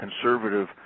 conservative